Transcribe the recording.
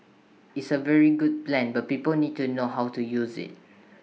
is A very good plan but people need to know how to use IT